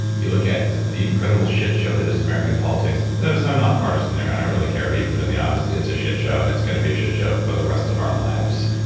you look at the incredible shit show that is american politics. notice i'm not partisan there. i don't really care who you put in the office. it's a shit show and it's going to be a shit show for the rest of our lives.